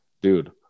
dude